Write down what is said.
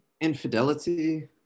Infidelity